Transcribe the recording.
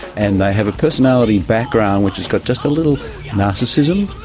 and they have a personality background which has got just a little narcissism,